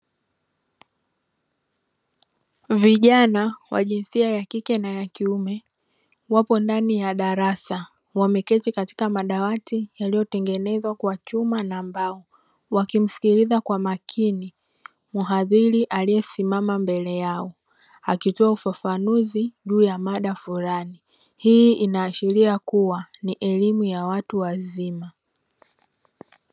Vijana wa jinsia ya kike na ya kiume wapo ndani ya darasa, wameketi katika madawati yaliyotengenezwa kwa chuma na mbao, wakimsikiliza kwa makini muhadhiri aliyesimama mbele yao, akitoa ufafanuzi juu ya mada fulani. Hii inaashiria kuwa ni elimu ya watu wazima.